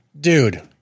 Dude